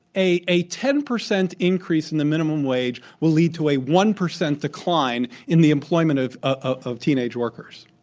a a ten percent increase in the minimum wage will lead to a one percent decline in the employment of of teenage workers.